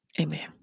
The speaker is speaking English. Amen